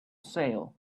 sale